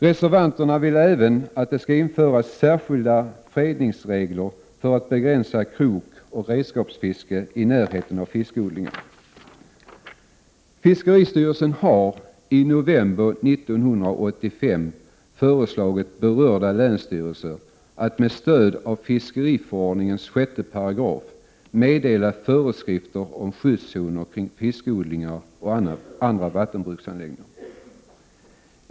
Reservanterna vill även att det skall införas särskilda fredningsregler för att begränsa krokoch redskapsfiske i närheten av fiskodlingar. Fiskeristyrelsen har i november 1985 föreslagit berörda länsstyrelser att med stöd av fiskeriförordningens 6 § meddela föreskrifter om skyddszoner kring fiskodlingar och andra vattenbruksanläggningar.